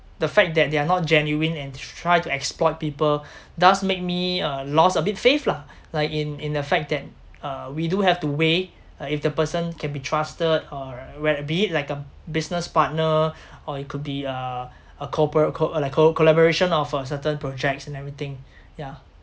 the fact that they are not genuine and tr~ try to exploit people does make me uh lost a bit faith lah like in in the fact that uh we do have to weigh uh if the person can be trusted or where be it like a business partner or it could be uh a cooperate co~ like co~ collaboration of uh certain projects and everything yeah